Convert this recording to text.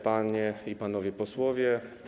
Panie i Panowie Posłowie!